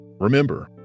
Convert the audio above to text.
Remember